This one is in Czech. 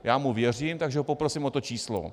Já mu věřím, takže ho poprosím o to číslo.